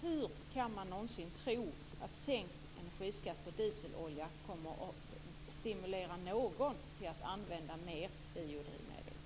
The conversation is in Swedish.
Hur kan man någonsin tro att sänkt energiskatt på dieselolja kommer att stimulera någon till att använda mer biodrivmedel?